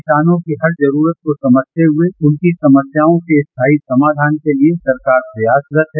किसानों की हर जरूरत को समझते हुए उनकी समस्याओं के स्थायी समाधान के लिए सरकार प्रयारत है